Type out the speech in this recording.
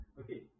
okay